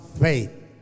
faith